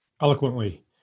eloquently